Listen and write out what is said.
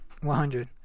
100